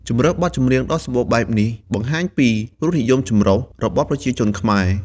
ជម្រើសបទចម្រៀងដ៏សម្បូរបែបនេះបង្ហាញពីរសនិយមចម្រុះ របស់ប្រជាជនខ្មែរយើង។